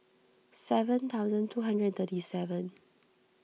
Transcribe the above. seven thousand two hundred and thirty seven